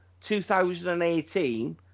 2018